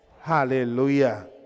Hallelujah